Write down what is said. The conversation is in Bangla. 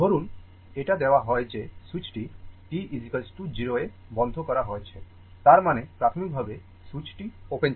ধরুন এটা দেওয়া হয় যে সুইচটি t 0 এ বন্ধ করা হয়েছে তার মানে প্রাথমিকভাবে সুইচটি ওপেন ছিল